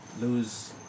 lose